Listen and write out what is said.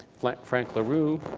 like frank la rue,